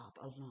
alone